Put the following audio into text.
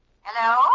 Hello